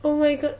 oh my god